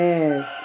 Yes